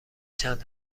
چند